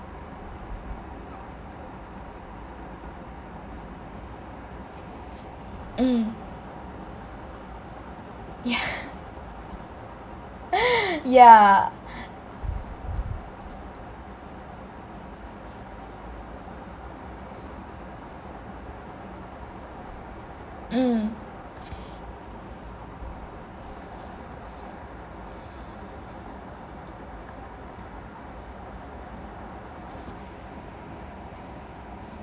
mm yeah yah mm